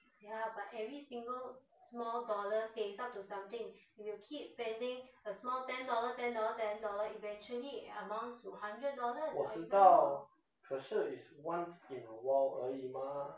我知道可是 is once in awhile 而已嘛